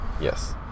yes